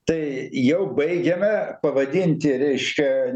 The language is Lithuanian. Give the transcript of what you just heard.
tai jau baigiame pavadinti reiškia